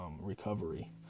recovery